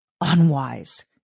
unwise